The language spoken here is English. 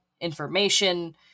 Information